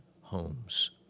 homes